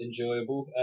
enjoyable